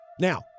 Now